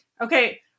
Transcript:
Okay